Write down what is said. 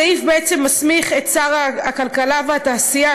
הסעיף בעצם מסמיך את שר הכלכלה והתעשייה,